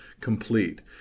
complete